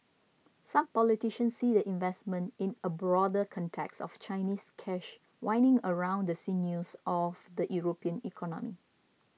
some politicians see the investment in a broader context of Chinese cash winding around the sinews of the European economy